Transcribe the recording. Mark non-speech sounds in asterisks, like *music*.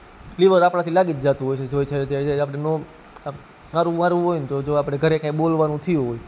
liver આપણાથી લાગી જ જતું હોય છે *unintelligible* હારું વારવું હોય ને જો આપણે ઘરે કાંઇ બોલવાનું થયું હોય